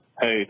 hey